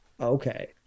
okay